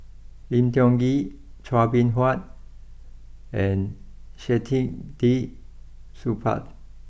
Lim Tiong Ghee Chua Beng Huat and Saktiandi Supaat